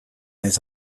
naiz